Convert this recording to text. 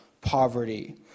poverty